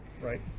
right